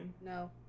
No